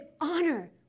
honor